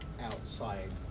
outside